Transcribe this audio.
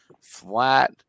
flat